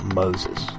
moses